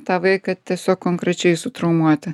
tą vaiką tiesiog konkrečiai sutraumuoti